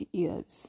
years